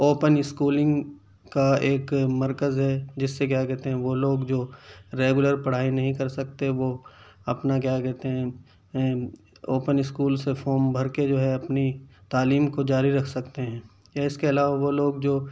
open schooling کا ایک مرکز ہے جس سے کیا کہتے ہیں وہ لوگ جو ریگولر پڑھائی نہیں کر سکتے وہ اپنا کیا کہتے ہیں اوپن اسکول سے فارم بھر کے جو ہے اپنی تعلیم کو جاری رکھ سکتے ہیں یا اس کے علاوہ وہ لوگ جو